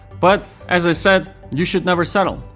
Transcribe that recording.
but as i said, you should never settle.